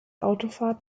autofahrt